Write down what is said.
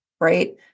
right